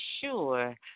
sure